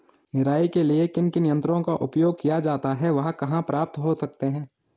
निराई के लिए किन किन यंत्रों का उपयोग किया जाता है वह कहाँ प्राप्त हो सकते हैं?